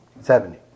Seventy